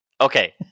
Okay